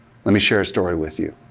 let me share a story with you.